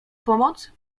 pomoc